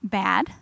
bad